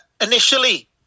initially